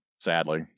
sadly